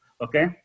okay